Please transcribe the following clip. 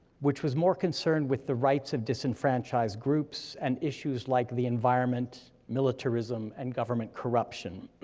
which was more concerned with the rights of disenfranchised groups and issues like the environment, militarism, and government corruption.